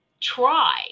try